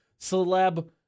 celeb